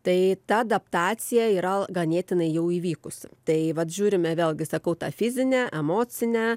tai ta adaptacija yra ganėtinai jau įvykusi tai vat žiūrime vėlgi sakau tą fizinę emocinę